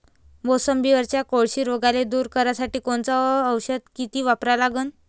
मोसंबीवरच्या कोळशी रोगाले दूर करासाठी कोनचं औषध किती वापरा लागन?